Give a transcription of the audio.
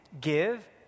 give